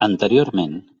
anteriorment